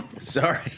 Sorry